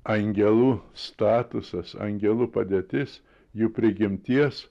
angelų statusas angelų padėtis jų prigimties